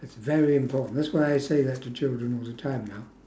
it's very important that's why I say that to children all the time now